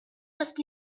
cette